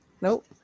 Nope